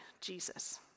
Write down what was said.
Jesus